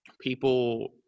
people –